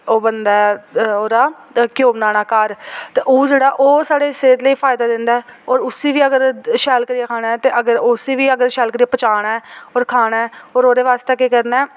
ओह् बनदा ऐ ओह्दा घ्योऽ बनाना घर ते ओह् जेह्ड़ा ओह् साढ़ी सेह्त लेई फायदा दिंदा ऐ होर उसी बी अगर शैल करियै खाना ऐ ते उसी बी अगर शैल करियै पचाना ऐ होर खाना ऐ होर ओह्दे बास्तै केह् करना ऐ